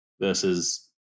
versus